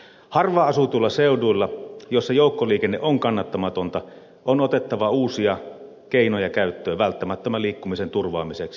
harvaanasutuilla seuduilla joilla joukkoliikenne on kannattamatonta on otettava uusia keinoja käyttöön välttämättömän liikkumisen turvaamiseksi